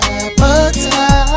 appetite